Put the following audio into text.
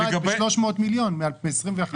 זה ירד ב-300 מיליון מ-2021 ל-2022.